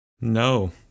No